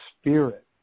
spirit